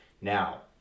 Now